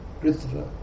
Christopher